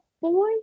boy